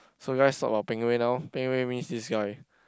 so we guys talk about Ping-Wei now Ping-Wei means this guy